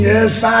Yes